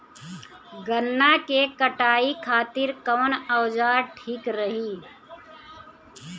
गन्ना के कटाई खातिर कवन औजार ठीक रही?